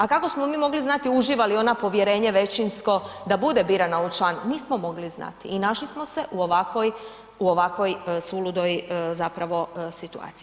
A kako smo mi mogli znati uživa li ona povjerenje većinsko da bude birana u član, nismo mogli znati i našli smo se u ovakvoj suludoj zapravo situaciji.